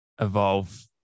evolve